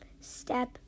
Step